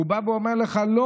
והוא אומר לא.